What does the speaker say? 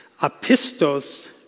apistos